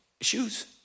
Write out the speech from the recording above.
shoes